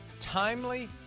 timely